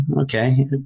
okay